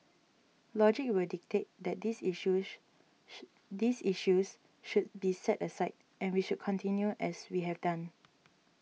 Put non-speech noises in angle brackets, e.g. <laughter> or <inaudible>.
logic will dictate that these issues <unintelligible> these issues should be set aside and we should continue as we have done